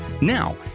Now